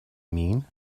mean